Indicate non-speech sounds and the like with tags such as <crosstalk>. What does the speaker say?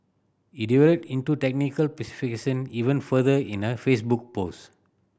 he delved into technical <unintelligible> even further in a Facebook post